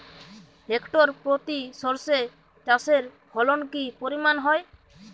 Hectare প্রতি সর্ষে চাষের ফলন কি পরিমাণ হয়?